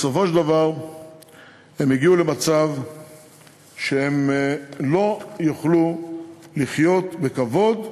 בסופו של דבר הם יגיעו למצב שהם לא יוכלו לחיות בכבוד.